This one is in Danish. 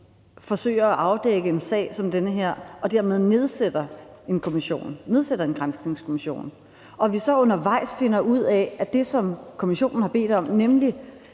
forsøger at afdække en sag som den her og dermed nedsætter en kommission, nedsætter en granskningskommission, og vi så undervejs finder ud af, at det, som kommissionen har bedt om, nemlig